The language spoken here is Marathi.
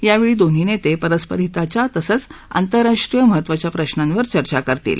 यावेळी दोन्ही नेते परस्पर हिताच्या तसंच आंतरराष्ट्रीय महत्त्वाच्या प्रशांवर चर्चा करतील